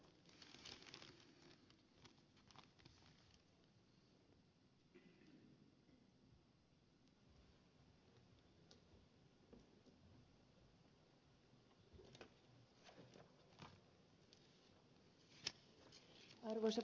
arvoisa puhemies